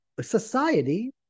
society